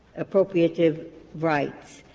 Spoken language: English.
appropriative rights,